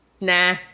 nah